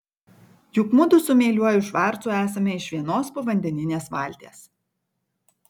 juk mudu su meiliuoju švarcu esame iš vienos povandeninės valties